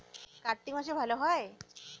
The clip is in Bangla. কার্তিক মাসে ভালো হয়?